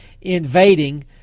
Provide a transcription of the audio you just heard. invading